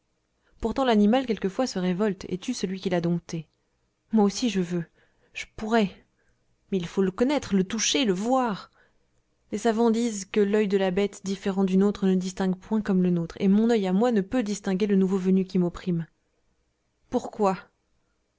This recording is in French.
pourtant l'animal quelquefois se révolte et tue celui qui l'a dompté moi aussi je veux je pourrai mais il faut le connaître le toucher le voir les savants disent que l'oeil de la bête différent du nôtre ne distingue point comme le nôtre et mon oeil à moi ne peut distinguer le nouveau venu qui m'opprime pourquoi